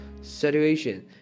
situation